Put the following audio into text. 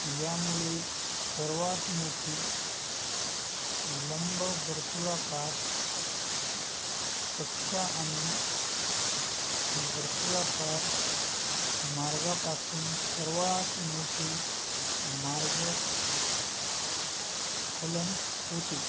यामुळे सर्वात मोठी लंबवर्तुळाकार कक्षा आणि वर्तुळाकार मार्गापासून सर्वात मोठे मार्ग स्खलन होते